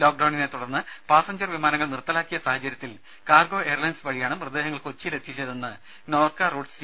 ലോക്ഡൌണിനെത്തുടർന്ന് passenger വിമാനങ്ങൾ നിർത്തലാക്കിയ സാഹചര്യത്തിൽ കാർഗോ എയർലൈൻസ് വഴിയാണ് മൃതദേഹങ്ങൾ കൊച്ചിയിൽ എത്തിച്ചതെന്ന് നോർക്ക റൂട്ട്സ് സി